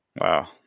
Wow